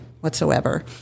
whatsoever